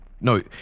no